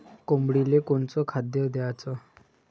कोंबडीले कोनच खाद्य द्याच?